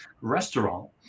restaurant